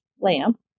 LAMP